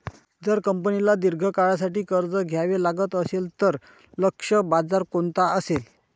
जर कंपनीला दीर्घ काळासाठी कर्ज घ्यावे लागत असेल, तर लक्ष्य बाजार कोणता असेल?